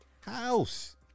house